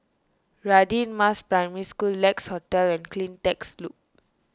Radin Mas Primary School Lex Hotel and CleanTech Loop